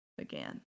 again